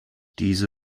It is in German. diese